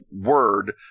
word